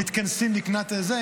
מתכנסים לקראת?